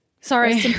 Sorry